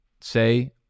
say